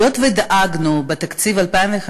היות שדאגנו בתקציב 2015,